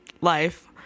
life